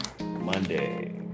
Monday